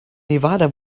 nevada